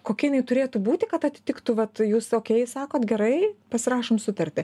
kokia inai turėtų būti kad atitiktų vat jūs okei sakot gerai pasirašom sutartį